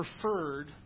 preferred